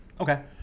Okay